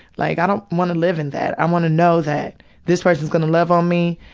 like, i don't want to live in that. i wanna know that this person's gonna love on me,